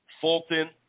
Fulton